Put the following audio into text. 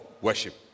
worship